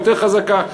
יותר חזקה?